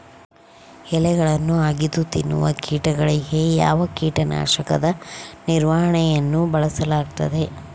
ಎಲೆಗಳನ್ನು ಅಗಿದು ತಿನ್ನುವ ಕೇಟಗಳಿಗೆ ಯಾವ ಕೇಟನಾಶಕದ ನಿರ್ವಹಣೆಯನ್ನು ಬಳಸಲಾಗುತ್ತದೆ?